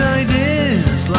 ideas